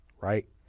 right